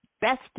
best